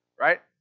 right